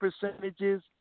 percentages